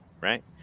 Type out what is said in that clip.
right